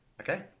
Okay